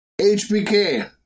HBK